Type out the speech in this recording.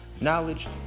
knowledge